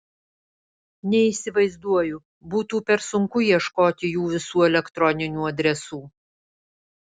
neįsivaizduoju būtų per sunku ieškoti jų visų elektroninių adresų